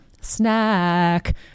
Snack